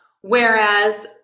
Whereas